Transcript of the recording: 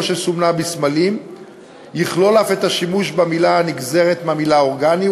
שסומנה בסמלים יכלול אף את השימוש במילה הנגזרת מהמילה "אורגני",